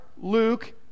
luke